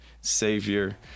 Savior